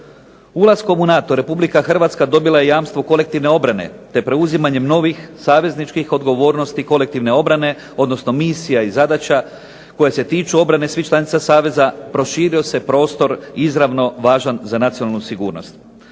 Ulaskom u NATO Republika Hrvatska dobila je jamstvo kolektivne obrane, te preuzimanjem novih savezničkih odgovornosti kolektivne obrane odnosno misija i zadaća koja se tiču obrane svih članica Saveza proširio se prostor izravno važan za nacionalnu sigurnost.